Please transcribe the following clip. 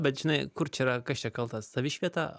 bet žinai kur čia yra kas čia kaltas savišvieta